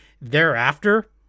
thereafter